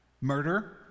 murder